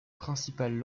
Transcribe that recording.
principales